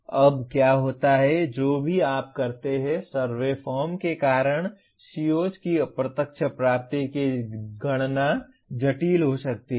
और अब क्या होता है जो भी आप करते हैं सर्वे फॉर्म के कारण COs की अप्रत्यक्ष प्राप्ति की गणना जटिल हो सकती है